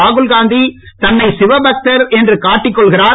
ராகுல்காந்தி தன்னை சிவபக்தர் என்று காட்டிக் கொள்கிறார்